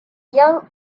young